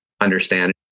understand